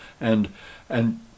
and—and—